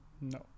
No